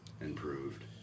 improved